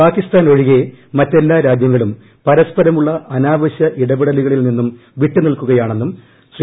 പാകിസ്ഥാൻ ഒഴികെ മറ്റെല്ലാ രാജ്യങ്ങളും പരസ്പരമുള്ള അനാവശ്യ ഇടപെടലുകളിൽ നിന്നും വിട്ടു നിൽക്കുകയാണെന്നും ശ്രീ